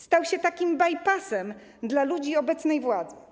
Stał się takim bajpasem dla ludzi obecnej władzy.